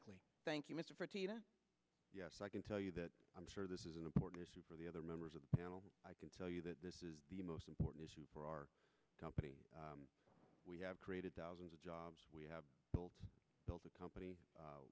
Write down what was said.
you thank you mr yes i can tell you that i'm sure this is an important issue for the other members of the panel i can tell you that this is the most important issue for our company we have created thousands of jobs we have built a company